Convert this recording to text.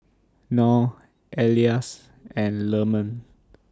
Nor Elyas and Leman